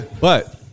But-